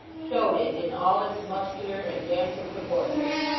showed it in all its muscular and handsome proportions.